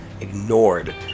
ignored